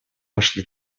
вошли